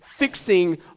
fixing